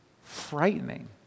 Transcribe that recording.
frightening